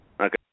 Okay